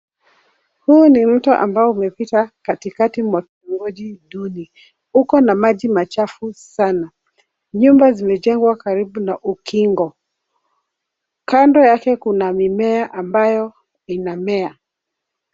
Huu ni mto ambao umepita katikati mwa kitongoji duni. Uko na maji machafu sana. Nyumba zimejengwa karibu na ukingo. Kando yake kuna mimea ambayo inamea.